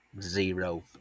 Zero